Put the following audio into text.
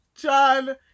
John